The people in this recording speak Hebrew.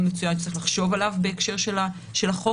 מצוין שצריך לחשוב עליו בהקשר של החוק.